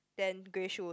then grey shoes